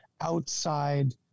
outside